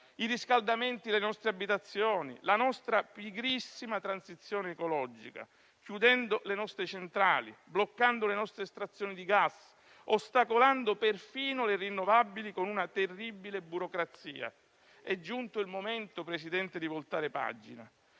i riscaldamenti delle nostre abitazioni, la nostra pigrissima transizione ecologica, chiudendo le nostre centrali, bloccando le nostre estrazioni di gas, ostacolando perfino le rinnovabili con una terribile burocrazia. È giunto il momento di voltare pagina,